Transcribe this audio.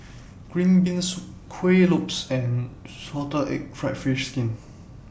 Green Bean Soup Kuih Lopes and Salted Egg Fried Fish Skin